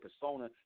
persona